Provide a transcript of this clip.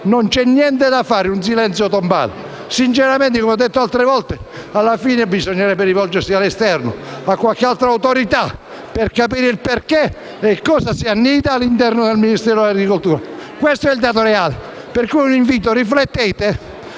Non c'è niente da fare: un silenzio tombale. Sinceramente, come ho detto altre volte, alla fine bisognerebbe rivolgersi all'esterno, a qualche altra autorità, per capire cosa si annidi all'interno del Ministero dell'agricoltura. Questo è il dato reale. Vi invito pertanto